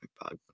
bug